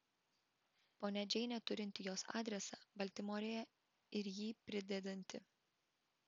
ponia džeinė turinti jos adresą baltimorėje ir jį pridedanti